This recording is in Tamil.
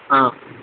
ஆ